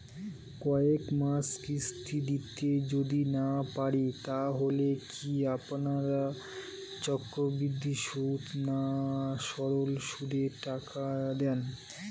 কয়েক মাস কিস্তি দিতে যদি না পারি তাহলে কি আপনারা চক্রবৃদ্ধি সুদে না সরল সুদে টাকা দেন?